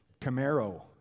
Camaro